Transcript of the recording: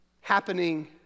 happening